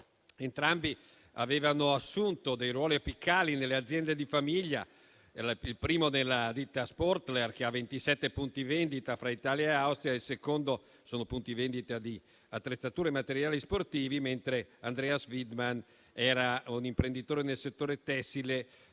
Entrambi avevano assunto ruoli apicali nelle aziende di famiglia, il primo nella ditta Sportler, che ha 27 punti vendita fra Italia e Austria di attrezzature e materiali sportivi, mentre Andreas Widmann era un imprenditore nel settore tessile